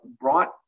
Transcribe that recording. brought